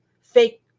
fake